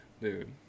Dude